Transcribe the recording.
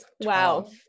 Wow